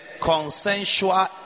consensual